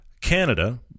Canada